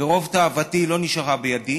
ורוב תאוותי נשארה בידי.